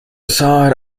side